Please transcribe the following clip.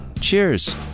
Cheers